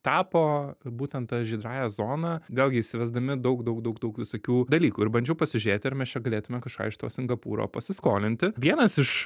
tapo būtent ta žydrąja zona vėlgi įsivesdami daug daug daug daug visokių dalykų ir bandžiau pasižiūrėti ar mes čia galėtume kažką iš to singapūro pasiskolinti vienas iš